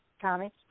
Tommy